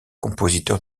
compositeur